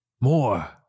more